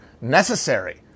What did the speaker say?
necessary